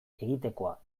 egitekoa